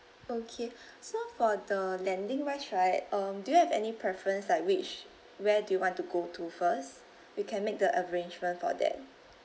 okay so for the landing wise right um do you have any preference like which where do you want to go to first we can make the arrangement for that